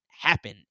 happen